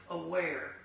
aware